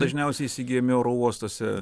dažniausiai įsigyjami oro uostuose